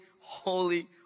holy